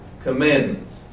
Commandments